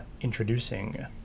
Introducing